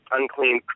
unclean